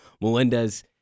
Melendez